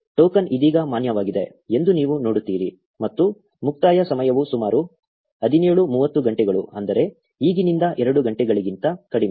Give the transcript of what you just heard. token ಇದೀಗ ಮಾನ್ಯವಾಗಿದೆ ಎಂದು ನೀವು ನೋಡುತ್ತೀರಿ ಮತ್ತು ಮುಕ್ತಾಯ ಸಮಯವು ಸುಮಾರು 1730 ಗಂಟೆಗಳು ಅಂದರೆ ಈಗಿನಿಂದ 2 ಗಂಟೆಗಳಿಗಿಂತ ಕಡಿಮೆ